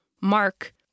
Mark